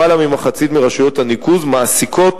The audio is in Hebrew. למעלה ממחצית מרשויות הניקוז מעסיקות